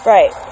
Right